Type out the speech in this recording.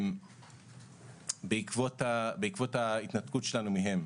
בעקבות ההתנתקות שלנו מהם,